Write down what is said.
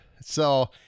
So-